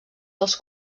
dels